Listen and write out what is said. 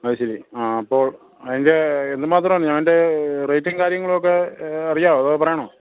അതുശരി ആ അപ്പോൾ അതിൻ്റെ എന്ത് മാത്രം ഞാൻ അതിൻ്റെ റേറ്റും കാര്യങ്ങളൊക്കെ അറിയാമോ അതോ പറയണോ